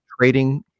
trading